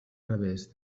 revés